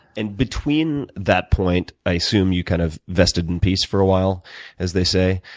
and between that point i assume you kind of vested in peace for a while as they say.